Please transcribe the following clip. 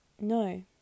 No